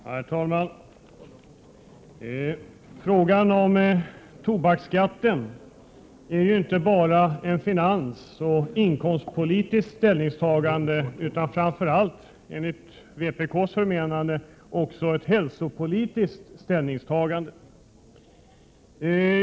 Herr talman! Frågan om tobaksskatten förutsätter ju inte bara ett finansoch inkomstpolitiskt ställningstagande utan enligt vpk:s förmenande framför allt ett hälsopolitiskt ställningstagande.